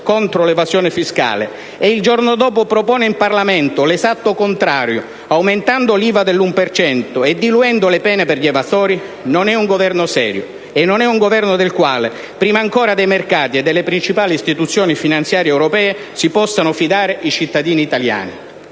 contro l'evasione fiscale e il giorno dopo propone in Parlamento l'esatto contrario, aumentando l'IVA dell'1 per cento e diluendo le pene per gli evasori, non è un Governo serio, e non è un Governo del quale, prima ancora dei mercati e delle principali istituzioni finanziarie europee, si possano fidare i cittadini italiani.